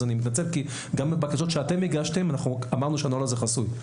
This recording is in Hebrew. אני מתנצל כי גם בבקשות שאתם הגשתם אנחנו אמרנו שהנוהל הזה הוא חסוי,